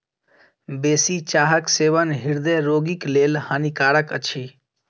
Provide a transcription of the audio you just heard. बेसी चाहक सेवन हृदय रोगीक लेल हानिकारक अछि